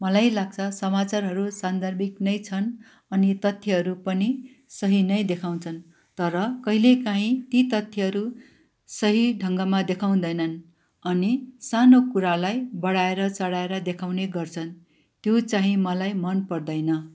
मलाई लाग्छ समाचारहरू सान्दर्भिक नै छन् अनि तथ्यहरू पनि सही नै देखाउँछन् तर कहिलेकाहीँ ती तथ्यहरू सही ढङ्गमा देखाउँदैनन् अनि सानो कुरालाई बडाएर चडाएर देखाउने गर्छन् त्यो चाहिँ मलाई मन पर्दैन